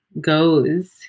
goes